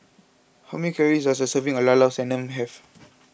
how many calories does a serving of Llao Llao Sanum have